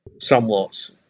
somewhat